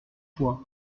fois